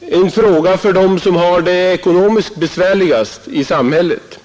en fråga för dem som har det ekonomiskt besvärligast i samhället.